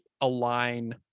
align